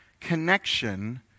connection